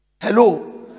Hello